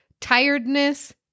tiredness